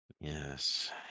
Yes